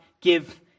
give